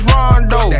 Rondo